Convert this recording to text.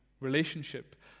relationship